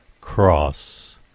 Cross